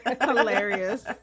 hilarious